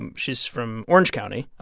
and she's from orange county.